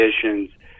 conditions